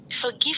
forgive